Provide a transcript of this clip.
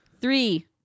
Three